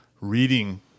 reading